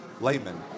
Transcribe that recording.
layman